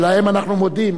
שלו אנחנו מודים,